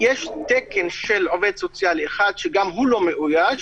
יש תקן של עובד סוציאלי אחד, שגם הוא לא מאויש,